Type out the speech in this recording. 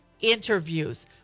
interviews